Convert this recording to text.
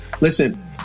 listen